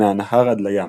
"מהנהר עד לים",